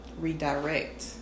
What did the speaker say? redirect